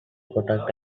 protect